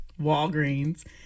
Walgreens